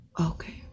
Okay